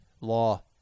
law